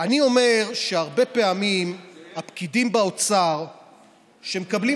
אני אומר שהרבה פעמים הפקידים באוצר שמקבלים